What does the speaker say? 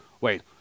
Wait